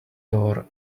door